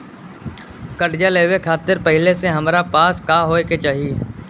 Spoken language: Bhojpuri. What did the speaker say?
कर्जा लेवे खातिर पहिले से हमरा पास का होए के चाही?